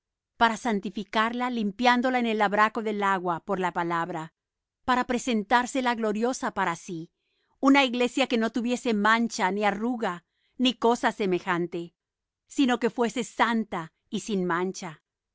para santificarla limpiándola en el lavacro del agua por la palabra para presentársela gloriosa para sí una iglesia que no tuviese mancha ni arruga ni cosa semejante sino que fuese santa y sin mancha